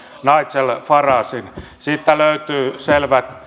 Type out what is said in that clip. nigel faragen siitä löytyy selvät